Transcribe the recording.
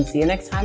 and see you next um